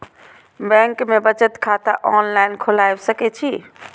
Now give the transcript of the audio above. Bank में बचत खाता ऑनलाईन खोलबाए सके छी?